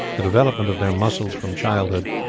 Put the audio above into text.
the development of their muscles from childhood,